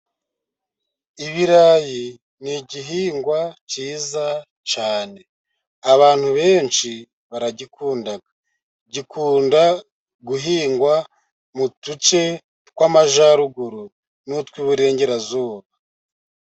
Ibirayi ni igihingwa cyiza cyane abantu benshi baragikunda, gikunda guhingwa mu duce tw'Amajyaruguru n'utw'Iburengerazuba.